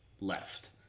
left